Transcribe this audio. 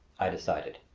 i decided.